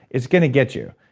it's going to get you.